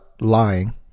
lying